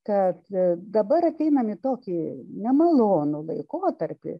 kad dabar ateinam į tokį nemalonų laikotarpį